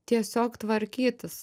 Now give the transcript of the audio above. tiesiog tvarkytis